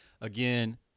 again